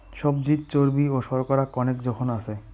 সবজিত চর্বি ও শর্করা কণেক জোখন আছে